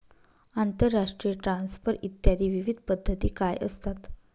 आंतरराष्ट्रीय ट्रान्सफर इत्यादी विविध पद्धती काय असतात?